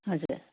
हजुर